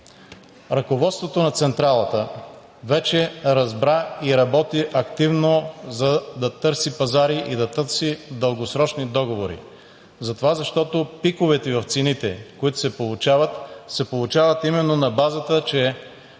ръководството на централата вече разбра и работи активно, за да търси пазари и да търси дългосрочни договори, затова защото пиковете в цените, които се получават, се получават именно на базата, че